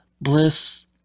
Bliss